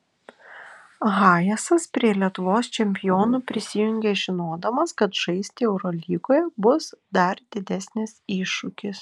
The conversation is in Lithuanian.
hayesas prie lietuvos čempionų prisijungė žinodamas kad žaisti eurolygoje bus dar didesnis iššūkis